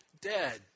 dead